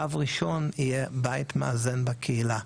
קו ראשון יהיה בית מאזן בקהילה.